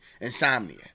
Insomnia